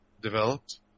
developed